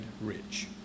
rich